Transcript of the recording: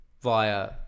Via